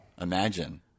Imagine